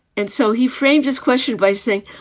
and so he framed his question by saying,